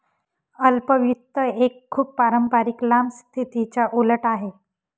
अल्प वित्त एक खूप पारंपारिक लांब स्थितीच्या उलट आहे